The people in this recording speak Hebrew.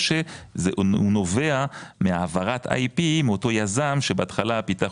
או שהוא נובע מהעברת IP מאותו יזם שבהתחלה פיתח